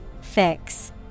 Fix